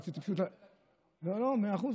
רציתי פשוט, לא, מאה אחוז.